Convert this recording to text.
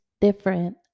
different